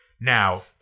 Now